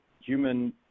human